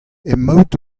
emaout